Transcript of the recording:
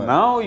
Now